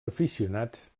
aficionats